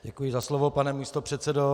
Děkuji za slovo, pane místopředsedo.